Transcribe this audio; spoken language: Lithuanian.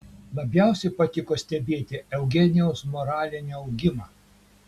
labiausiai patiko stebėti eugenijaus moralinį augimą